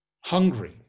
hungry